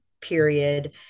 period